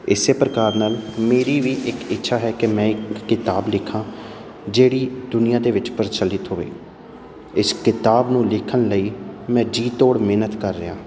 ਇਸੇ ਪ੍ਰਕਾਰ ਨਾਲ ਮੇਰੀ ਵੀ ਇੱਕ ਇੱਛਾ ਹੈ ਕਿ ਮੈਂ ਇੱਕ ਕਿਤਾਬ ਲਿਖਾਂ ਜਿਹੜੀ ਦੁਨੀਆਂ ਦੇ ਵਿੱਚ ਪ੍ਰਚਲਿਤ ਹੋਵੇ ਇਸ ਕਿਤਾਬ ਨੂੰ ਲਿਖਣ ਲਈ ਮੈਂ ਜੀ ਤੋੜ ਮਿਹਨਤ ਕਰ ਰਿਹਾ